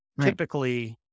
typically